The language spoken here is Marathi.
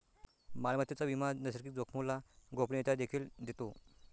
मालमत्तेचा विमा नैसर्गिक जोखामोला गोपनीयता देखील देतो